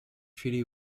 treaty